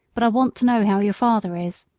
but i want to know how your father is.